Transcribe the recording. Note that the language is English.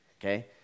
okay